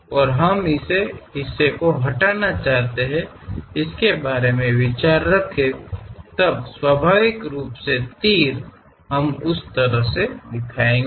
और हम इस हिस्से को हटाना चाहते हैं इस बारे में विचार रखें तब स्वाभाविक रूप से तीर हम उस तरह से दिखाएंगे